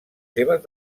seves